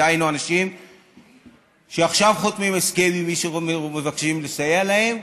דהיינו אנשים שעכשיו חותמים הסכם עם מי שמבקשים לסייע להם,